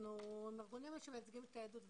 ועם ארגונים שמייצגים את היהדות.